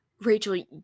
Rachel